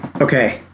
okay